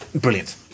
Brilliant